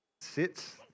sits